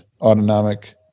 autonomic